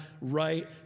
right